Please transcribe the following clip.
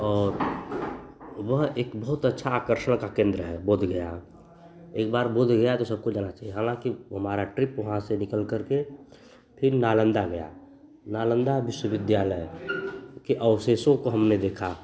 और वहाँ एक बहुत अच्छा आकर्षण का केन्द्र है बोधगया एकबार बोधगया तो सबको जाना चाहिए हालाँकि वह हमारा ट्रिप वहाँ से निकल करके फिर नालन्दा गया नालन्दा विश्वविद्यालय के अवशेषों को हमने देखा